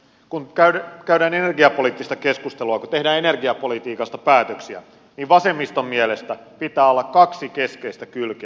kun käydään energiapoliittista keskustelua kun tehdään energiapolitiikasta päätöksiä niin vasemmiston mielestä pitää olla kaksi keskeistä kylkeä